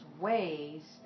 ways